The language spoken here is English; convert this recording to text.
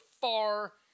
far